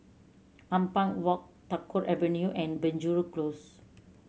Ampang Walk Tagore Avenue and Penjuru Close